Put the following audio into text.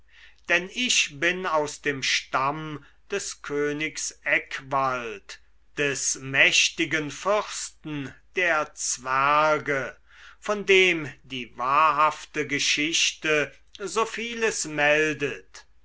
denn ich bin aus dem stamm des königs eckwald des mächtigen fürsten der zwerge von dem die wahrhafte geschichte so vieles meldet